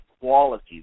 quality